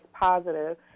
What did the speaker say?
positive